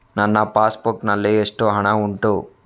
ನನ್ನ passbook ನಲ್ಲಿ ಎಷ್ಟು ಹಣ ಉಂಟು?